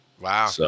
Wow